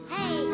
Hey